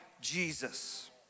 Jesus